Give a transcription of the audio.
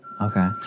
Okay